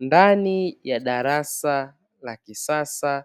Ndani ya darasa la kisasa